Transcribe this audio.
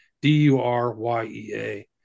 D-U-R-Y-E-A